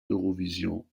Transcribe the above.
eurovision